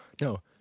No